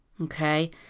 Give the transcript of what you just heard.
Okay